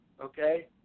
okay